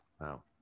Wow